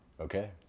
Okay